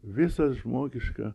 visas žmogišką